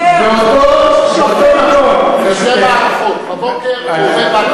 אלה שתי מערכות: בבוקר הוא עובד,